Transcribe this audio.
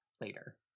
later